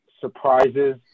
surprises